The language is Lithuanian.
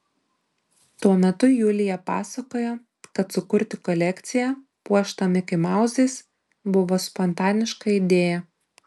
tuo metu julija pasakojo kad sukurti kolekciją puoštą mikimauzais buvo spontaniška idėja